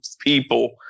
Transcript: people